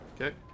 Okay